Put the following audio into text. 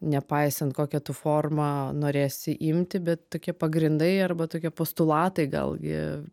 nepaisant kokia tu forma norėsi imti bet tokie pagrindai arba tokie postulatai gal gi